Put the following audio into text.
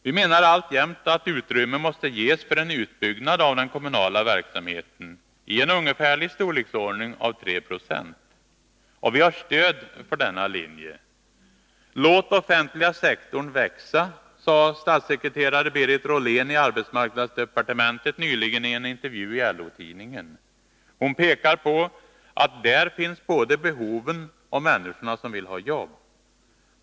Vi menar alltjämt att utrymme måste ges för en utbyggnad av den kommunala verksamheten, i en ungefärlig storleksordning av 3 96. Vi har stöd för denna linje. ”Låt offentliga sektorn växa”, sade statssekreteraren Berit Rollén i arbetsmarknadsdepartementet nyligen i en intervju i LO-tidningen. Hon pekar på att där finns både behoven och människor som vill ha jobb.